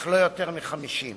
אך לא יותר מ-50.